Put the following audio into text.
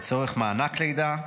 לצורך מענק לידה,